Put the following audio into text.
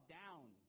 down